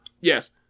Yes